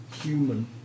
human